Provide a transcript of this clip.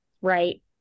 right